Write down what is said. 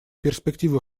перспективы